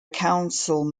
council